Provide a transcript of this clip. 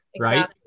Right